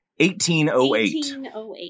1808